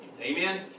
Amen